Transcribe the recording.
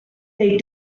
they